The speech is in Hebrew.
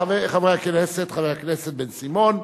חבר הכנסת בן-סימון.